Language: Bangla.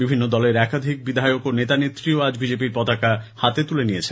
বিভিন্ন দলের একাধিক বিধায়ক এবং নেতানেত্রীও আজ বিজেপি র পতাকা হাতে তুলে নিয়েছেন